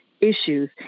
issues